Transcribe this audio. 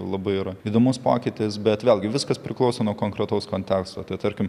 labai yra įdomus pokytis bet vėlgi viskas priklauso nuo konkretaus konteksto tai tarkim